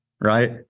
right